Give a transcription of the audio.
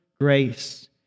grace